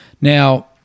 Now